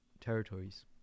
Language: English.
territories